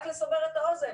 רק לסבר את האוזן,